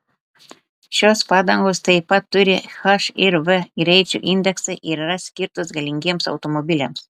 šios padangos taip pat turi h ir v greičio indeksą ir yra skirtos galingiems automobiliams